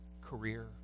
career